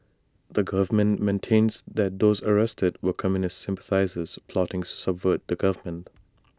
the government maintains that those arrested were communist sympathisers plotting to subvert the government